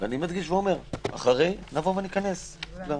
אני מדגיש ואומר שאחרי נבוא וניכנס לדברים.